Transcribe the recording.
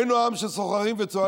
היינו עם של סוחרים וצוענים,